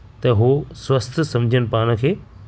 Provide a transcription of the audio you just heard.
त उहो स्वस्थ समुझनि पाण खे